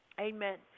Amen